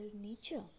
nature